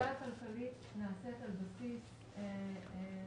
העבודה הכלכלית נעשית על בסיס או